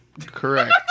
Correct